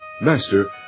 Master